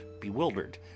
bewildered